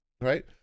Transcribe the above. right